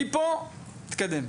מכאן תתקדם.